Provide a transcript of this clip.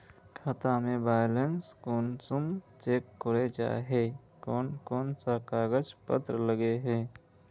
खाता में बैलेंस कुंसम चेक करे जाय है कोन कोन सा कागज पत्र लगे है?